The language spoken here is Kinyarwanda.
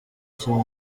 cyane